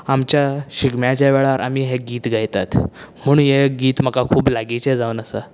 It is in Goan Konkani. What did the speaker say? आमच्या शिगम्याच्या वेळार आमी हें गीत गायतात म्हूण हें गीत म्हाका खूब लागीचें जावन आसा